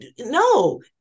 No